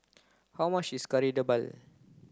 how much is Kari Debal